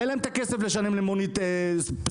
אין להם את הכסף לשלם למונית ספיישל.